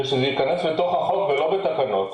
ושניכנס לתוך החוק ולא בתקנות,